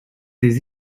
des